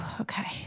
okay